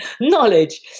knowledge